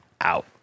out